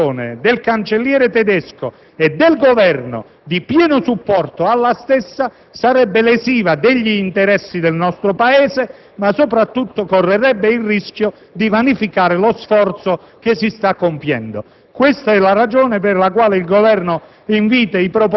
l'azione del Cancelliere tedesco e del Governo, di pieno supporto alla stessa, sarebbe lesiva degli interessi del nostro Paese, e soprattutto correrebbe il rischio di vanificare lo sforzo che si sta compiendo. Questa è la ragione per la quale il Governo